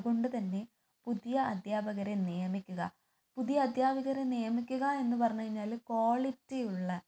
അതുകൊണ്ട് തന്നെ പുതിയ അദ്ധ്യാപകരെ നിയമിക്കുക പുതിയ അദ്ധ്യാപകരെ നിയമിക്കുക എന്ന് പറഞ്ഞ് കഴിഞ്ഞാൽ ക്വാളിറ്റിയുള്ള